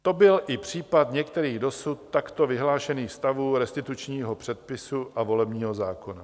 To byl i případ některých dosud takto vyhlášených stavů restitučního předpisu a volebního zákona.